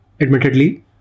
admittedly